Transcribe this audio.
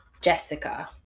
Jessica